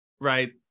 right